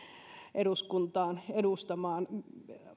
eduskuntaan edustamaan